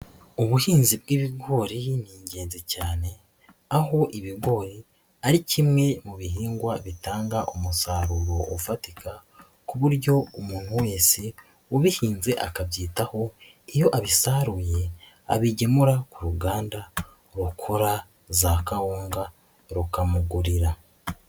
Ubuhinzi bw'ibigori ni ingenzi cyane, aho ibigori ari kimwe mu bihingwa bitanga umusaruro ufatika, ku buryo umuntu wese ubihinze akabyitaho iyo abisaruye abigemura ku ruganda rukora za kawunga rukamugurira.